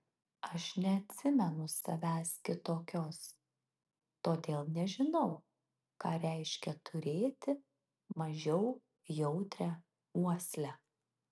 aš neatsimenu savęs kitokios todėl nežinau ką reiškia turėti mažiau jautrią uoslę